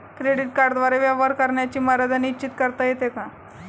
Credit कार्डद्वारे व्यवहार करण्याची मर्यादा निश्चित करता येते का?